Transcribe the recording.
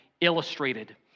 Illustrated